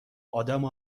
آدمو